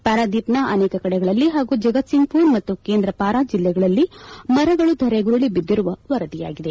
ಪಾರಾದ್ವೀಪ್ನ ಅನೇಕ ಕಡೆಗಳಲ್ಲಿ ಹಾಗೂ ಜಗತ್ಸಿಂಗ್ಪುರ್ ಮತ್ತು ಕೇಂದ್ರಪಾರಾ ಜಿಲ್ಲೆಗಳಲ್ಲಿ ಮರಗಳು ಧರೆಗುರುಳ ಬಿದ್ದಿರುವ ವರದಿಯಾಗಿದೆ